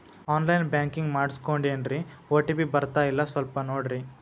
on line banking ಮಾಡಿಸ್ಕೊಂಡೇನ್ರಿ OTP ಬರ್ತಾಯಿಲ್ಲ ಸ್ವಲ್ಪ ನೋಡ್ರಿ